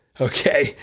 okay